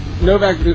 Novak